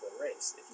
race